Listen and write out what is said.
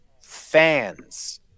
fans